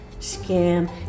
scam